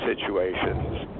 situations